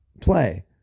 play